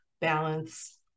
balance